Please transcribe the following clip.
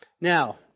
Now